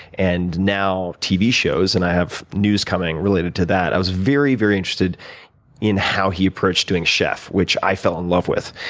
and now tv shows, and i have news coming related to that i was very, very interested in how he approached doing chef, which i fell in love with.